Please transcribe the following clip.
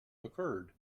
occurred